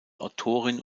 autorin